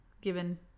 Given